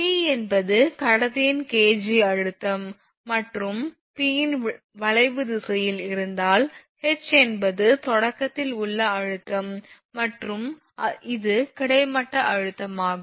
T என்பது கடத்தியின் அழுத்தம் மற்றும் P இன் வளைவு திசையில் இருந்தால் H என்பது தொடக்கத்தில் உள்ள அழுத்தம் மற்றும் இது கிடைமட்ட அழுத்தம் ஆகும்